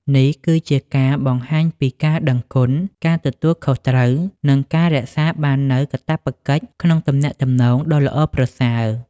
នេះគឺជាការបង្ហាញពីការដឹងគុណ ការទទួលខុសត្រូវ និងការរក្សាបាននូវកាតព្វកិច្ចក្នុងទំនាក់ទំនងដ៏ល្អប្រសើរ។